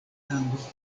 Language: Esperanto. lando